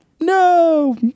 no